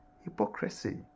Hypocrisy